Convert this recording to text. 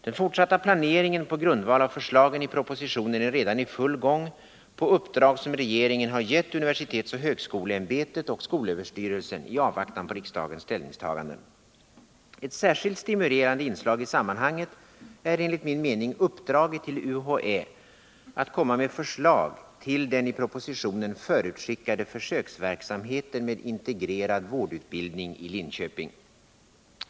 Den fortsatta planeringen på grundval av förslagen i propositionen är redan i full gång på uppdrag som regeringen har gett universitetsoch högskoleämbetet och skolöverstyrelsen i avvaktan på riksdagens ställningstaganden. Ett särskilt stimulerande inslag i sammanhanget är enligt min mening uppdraget till UHÄ att komma med förslag till den i propositionen förutskickade försöksverksamheten med integrerad vårdutbildning i Linköping.